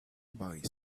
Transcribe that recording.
boy